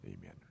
Amen